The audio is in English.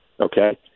Okay